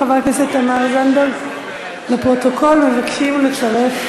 זאב, בבקשה לא לדבר בטלפון